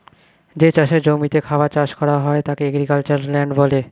যে চাষের জমিতে খাবার চাষ করা হয় তাকে এগ্রিক্যালচারাল ল্যান্ড বলে